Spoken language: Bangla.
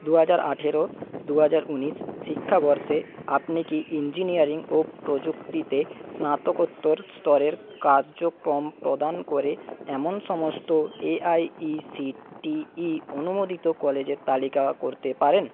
দুহাজার আঠেরো দুহাজার উনিশ শিক্ষাবর্ষে আপনি কি ইঞ্জিনিয়ারিং ও প্রযুক্তিতে স্নাতকোত্তর স্তরের কার্যক্রম প্রদান করে এমন সমস্ত এআইইসিটিই অনুমোদিত কলেজের তালিকা করতে পারেন